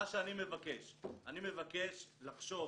מה שאני מבקש, אני מבקש לחשוב